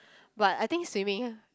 but I think swimming